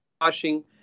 washing